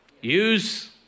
Use